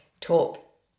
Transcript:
top